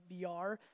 VR